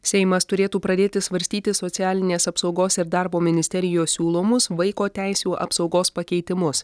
seimas turėtų pradėti svarstyti socialinės apsaugos ir darbo ministerijos siūlomus vaiko teisių apsaugos pakeitimus